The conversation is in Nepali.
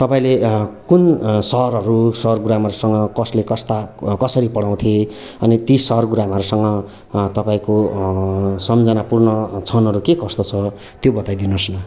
तपाईँले कुन सरहरू सर गुरूआमाहरूसँग कसले कस्ता कसरी पढाउँथे अनि ती सर गुरूआमाहरूसँग तपाईँको सम्झनापुर्ण क्षणहरू के कस्तो छ त्यो बताइदिनुहोस् न